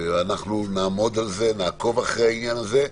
אנחנו נעמוד על זה ונעקוב אחרי העניין הזה.